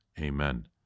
Amen